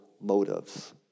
motives